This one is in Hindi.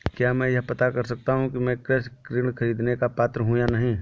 क्या मैं यह पता कर सकता हूँ कि मैं कृषि ऋण ख़रीदने का पात्र हूँ या नहीं?